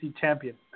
champion